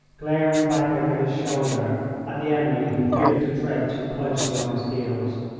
glaring back over his shoulder at the enemy who feared to tread too closely on his heels.